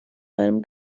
seinem